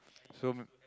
so m~